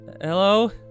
hello